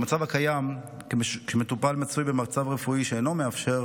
במצב הקיים, כשמטופל מצוי במצב רפואי שאינו מאפשר